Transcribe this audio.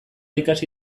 ikasi